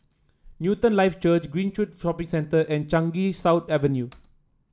Newton Life Church Greenridge Shopping Centre and Changi South Avenue